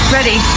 Ready